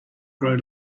grow